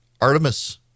Artemis